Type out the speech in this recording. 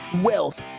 wealth